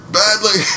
badly